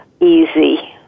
easy